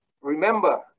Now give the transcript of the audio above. Remember